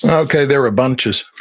ah okay, there are bunches.